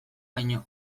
baino